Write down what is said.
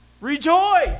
rejoice